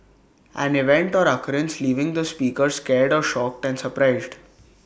an event or occurrence leaving the speaker scared or shocked and surprised